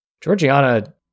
Georgiana